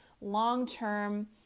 Long-term